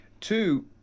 Two